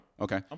Okay